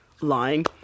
lying